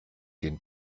den